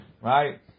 Right